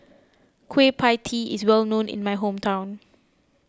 Kueh Pie Tee is well known in my hometown